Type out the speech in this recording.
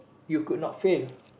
you could not fail